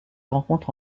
rencontre